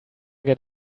get